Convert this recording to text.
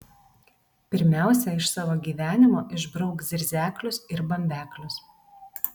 pirmiausia iš savo gyvenimo išbrauk zirzeklius ir bambeklius